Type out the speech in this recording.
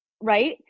Right